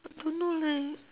don't know leh